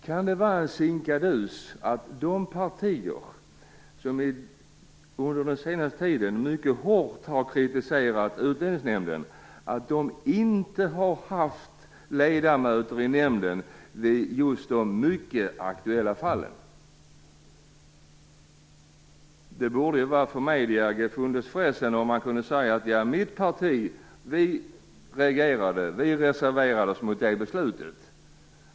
Kan det vara en sinkadus att de partier som under den senaste tiden mycket hårt har kritiserat utlänningsnämnden inte har haft ledamöter i nämnden vid de aktuella tillfällena? Det borde ju vara gefundenes fressen om man kunde säga: "Mitt parti reagerade. Vi reserverade oss mot det beslutet."